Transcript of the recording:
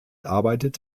arbeitet